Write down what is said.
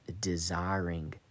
desiring